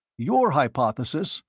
your hypothesis?